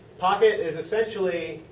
pocket is essentially,